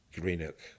Greenock